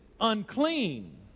unclean